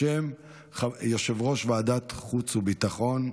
בשם יושב-ראש ועדת החוץ והביטחון,